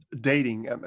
dating